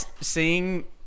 seeing